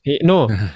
No